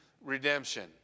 redemption